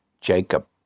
Jacob